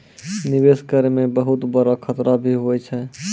निवेश करै मे बहुत बड़ो खतरा भी हुवै छै